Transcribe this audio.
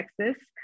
Texas